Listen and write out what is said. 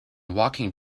walking